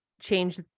change